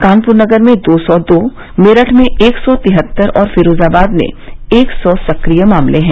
कानपुर नगर में दो सौ दो मेरठ में एक सौ छिहत्तर और फिरोजाबाद में एक सौ सक्रिय मामले हैं